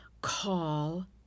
call